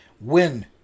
win